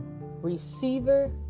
receiver